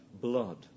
blood